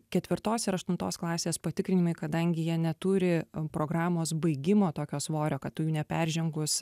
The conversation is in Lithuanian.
ketvirtos ir aštuntos klasės patikrinimai kadangi jie neturi programos baigimo tokio svorio kad tu jų neperžengus